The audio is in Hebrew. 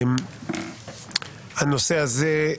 הנושא הזה,